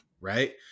right